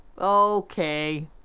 Okay